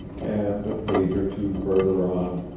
and, a page or two further on.